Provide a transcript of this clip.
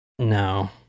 no